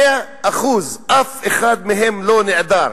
מאה אחוז, אף אחד מהם לא נעדר.